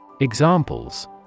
Examples